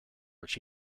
which